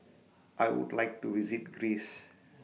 I Would like to visit Greece